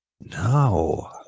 No